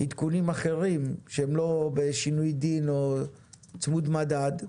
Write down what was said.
עדכונים אחרים שהם לא בשינוי דין או צמוד מדד.